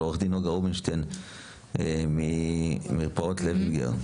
עו"ד נגה רובינשטיין ממרפאות לוינגר.